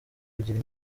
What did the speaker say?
kugira